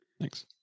Thanks